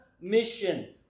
mission